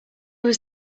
was